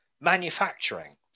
manufacturing